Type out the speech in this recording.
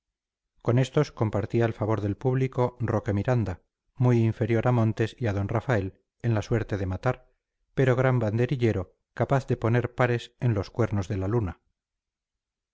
con estos compartía el favor del público roque miranda muy inferior a montes y a d rafael en la suerte de matar pero gran banderillero capaz de poner pares en los cuernos de la luna